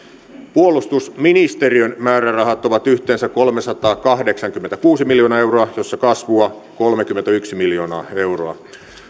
puolustusministeriön määrärahat ovat yhteensä kolmesataakahdeksankymmentäkuusi miljoonaa euroa jossa kasvua kolmekymmentäyksi miljoonaa euroa